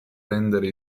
rendere